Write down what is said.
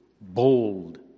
bold